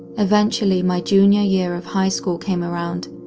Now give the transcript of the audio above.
eventually my junior year of high school came around,